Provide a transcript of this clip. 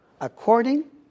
according